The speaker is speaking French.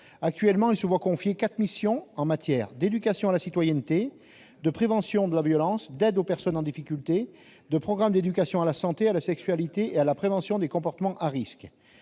Actuellement, ils se voient confier quatre missions, en matière d'éducation à la citoyenneté, de prévention de la violence, d'aide aux personnes en difficulté et de programme d'éducation à la santé, à la sexualité et à la prévention des comportements à risques.